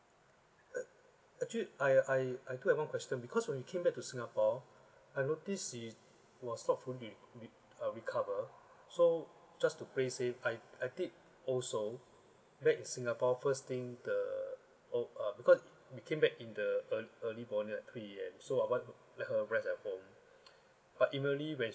uh actually I I I do have one question because when we came back to singapore I notice she was not fully re~ re~ uh recover so just to play safe I I did also back in singapore first thing the oh uh because we came back in the ear~ early morning like three A_M so I want let her rest at home but when